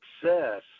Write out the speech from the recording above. success